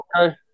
Okay